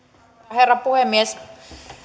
herra puhemies